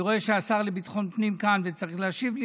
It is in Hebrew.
אני רואה שהשר לביטחון פנים כאן וצריך להשיב לי,